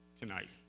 tonight